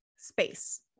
space